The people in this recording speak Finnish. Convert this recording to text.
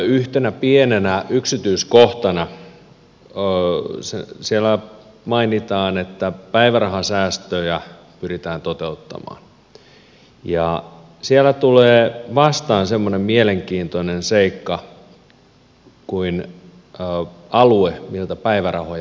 yhtenä pienenä yksityiskohtana siellä mainitaan että päivärahasäästöjä pyritään toteuttamaan ja siellä tulee vastaan semmoinen mielenkiintoinen seikka kuin alue miltä päivärahoja maksetaan